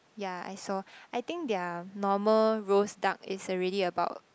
ya I saw I think their normal roast duck is already about